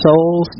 souls